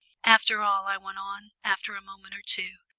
after all, i went on, after a moment or two,